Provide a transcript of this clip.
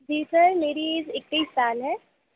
जी sir मेरी age इक्कीस साल है